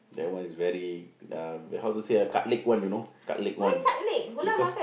that one is very uh how to say ah cut leg one you know cut leg one because